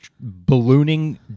ballooning